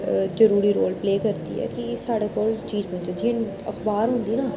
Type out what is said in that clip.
जरूरी role play करदी ऐ कि साढ़े कोल चीज़ पुज्जै जियां अख़बार होंदी ना